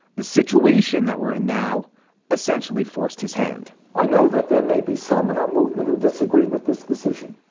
the situation that we're in now essentially forced his hand i know that there may be some in our movement who disagree with this decision,